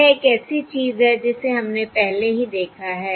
यह एक ऐसी चीज है जिसे हमने पहले ही देखा है